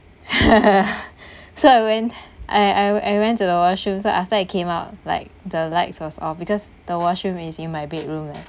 so I went I I I went to the washroom so after I came out like the lights was off because the washroom is in my bedroom right